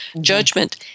Judgment